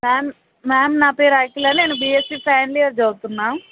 ma'am ma'am నా పేరు అఖిల నేను బీఎస్సీ ఫైనల్ ఇయర్ చదువుతున్నాను